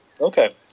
Okay